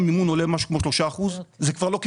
עולה משהו כמו 3%, זה כבר לא כדאי.